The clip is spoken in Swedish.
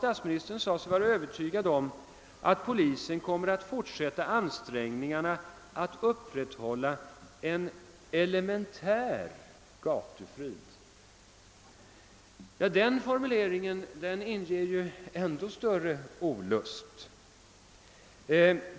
Statsministern sade sig också vara övertygad om ait polisen kommer att fortsätta ansträngningarna att upprätthålla en elementär gatufrid. Den formuleringen inger ännu större olust.